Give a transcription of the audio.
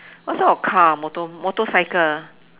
what sort of car motor~ motorcycle